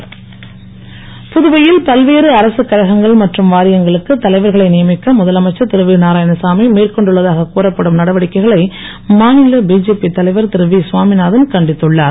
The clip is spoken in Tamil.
சாமிநாதன் புதுவையில் பல்வேறு அரசு கழகங்கள் மற்றும் வாரியங்களுக்கு தலைவர்களை நியமிக்க முதலமைச்சர் திரு வி நாராயணசாமி மேற்கொண்டுள்ளதாக கூறப்படும் நடவடிக்கைகளை மாநில பிஜேபி தலைவர் திரு வி சுவாமிநாதன் கண்டித்துள்ளார்